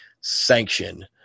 Sanction